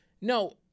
No